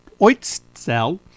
Oitzel